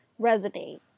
resonate